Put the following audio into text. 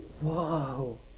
Whoa